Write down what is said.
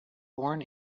born